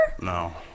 no